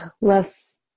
less